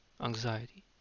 Anxiety